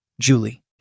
Julie